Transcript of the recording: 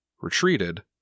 retreated